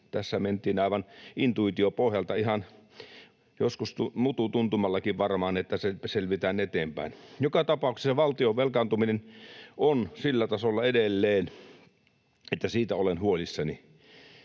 Tässä mentiin aivan intuition pohjalta, ihan joskus mututuntumallakin varmaan, että selvitään eteenpäin. Joka tapauksessa valtion velkaantuminen on edelleen sillä tasolla, että olen huolissani.